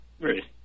Great